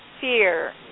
fear